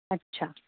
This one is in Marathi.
अच्छा